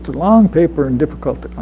long paper, and difficult.